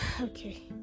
okay